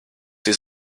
his